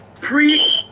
pre-